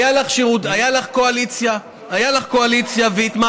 הייתה לך קואליציה, הייתה לך קואליציה והתמהמהת,